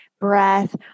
breath